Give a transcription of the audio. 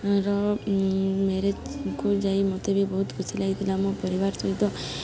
ର ମ୍ୟାରେଜ୍କୁ ଯାଇ ମୋତେ ବି ବହୁତ ଖୁସି ଲାଗିଥିଲା ମୋ ପରିବାର ସହିତ